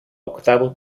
octavo